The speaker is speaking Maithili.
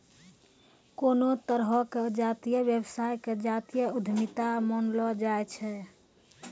कोनो तरहो के जातीय व्यवसाय के जातीय उद्यमिता मानलो जाय छै